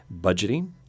budgeting